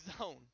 zone